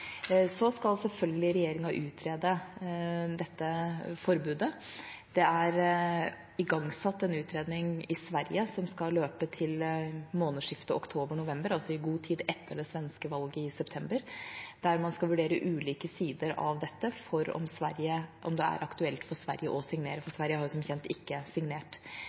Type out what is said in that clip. Så skal regjeringa selvfølgelig utrede dette forbudet. Det er igangsatt en utredning i Sverige, som skal løpe til månedsskiftet oktober/november, altså i god tid etter det svenske valget i september, der man skal vurdere ulike sider av dette, og om det er aktuelt for Sverige å signere. Sverige har som kjent ikke signert.